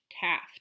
Taft